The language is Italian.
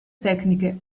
tecniche